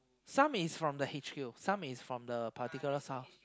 some is from the h_q some is from the particular's house